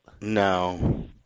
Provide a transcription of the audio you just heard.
No